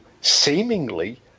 seemingly